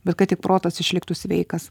bet kad tik protas išliktų sveikas